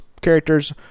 characters